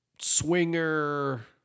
swinger